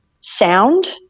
sound